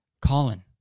Colin